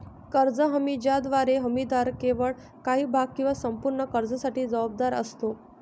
कर्ज हमी ज्याद्वारे हमीदार केवळ काही भाग किंवा संपूर्ण कर्जासाठी जबाबदार असतो